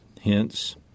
Hence